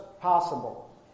possible